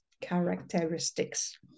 characteristics